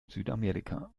südamerika